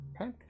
Okay